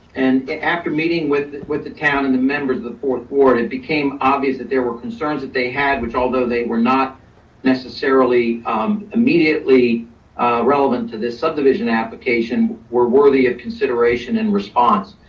and after meeting with with the town and the members of the fourth ward, it became obvious that there were concerns that they had, which although they were not necessarily immediately relevant to this subdivision application, were worthy of consideration and response.